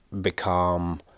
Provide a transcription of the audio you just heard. become